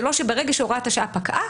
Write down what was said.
זה לא שברגע שהוראת השעה פקעה,